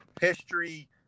history